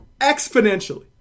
exponentially